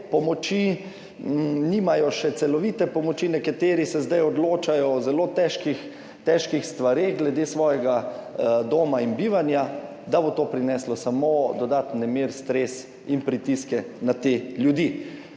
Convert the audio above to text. pomoči, nimajo še celovite pomoči, nekateri se zdaj odločajo o zelo težkih, težkih stvareh glede svojega doma in bivanja, da bo to prineslo samo dodaten nemir, stres in pritiske na te ljudi.